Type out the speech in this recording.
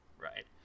Right